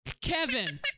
Kevin